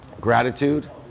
Gratitude